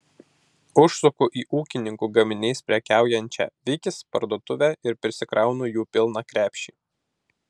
užsuku į ūkininkų gaminiais prekiaujančią vikis parduotuvę ir prisikraunu jų pilną krepšį